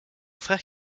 frère